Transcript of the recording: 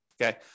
Okay